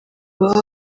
baba